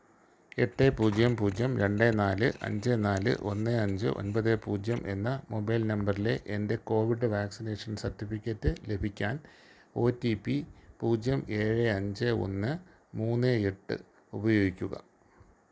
എട്ട് പൂജ്യം പൂജ്യം രണ്ട് നാല് അഞ്ച് നാല് ഒന്ന് അഞ്ച് ഒന്പത് പൂജ്യം എന്ന മൊബൈൽ നമ്പറിലെ എന്റെ കോവിഡ് വാക്സിനേഷൻ സർട്ടിഫിക്കറ്റ് ലഭിക്കാൻ ഒ ടി പി പൂജ്യം ഏഴ് അഞ്ച് ഒന്ന് മൂന്ന് എട്ട് ഉപയോഗിക്കുക